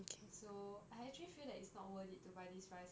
you can so I actually feel that it's not worth it to buy this rice